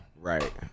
Right